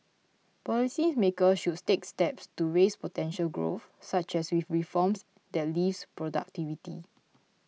policy maker should take steps to raise potential growth such as with reforms that lift productivity